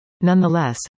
Nonetheless